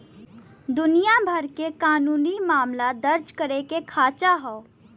दुनिया भर के कानूनी मामला दर्ज करे के खांचा हौ